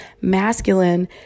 masculine